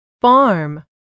farm